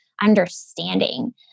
understanding